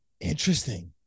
interesting